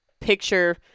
picture